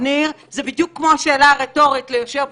זה לא שהמערכות במדינה הזאת דופקות כמו שעון.